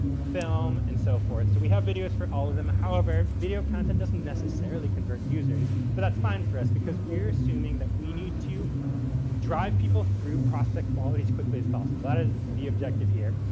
film and so forth. so, we have videos for all of them. however, video content doesn't necessarily convert users. but that's fine for us because we're assuming that we need to drive people through prospect quality as quickly as possible. that is the objective here.